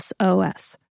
SOS